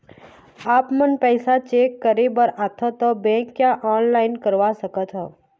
आपमन पैसा चेक करे बार आथे ता बैंक या ऑनलाइन करवा सकत?